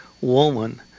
woman